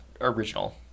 original